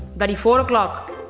but at four o'clock,